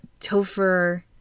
Topher